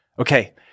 Okay